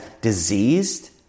diseased